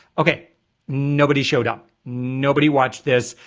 okay nobody showed up nobody watched this.